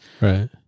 Right